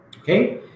Okay